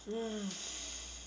mm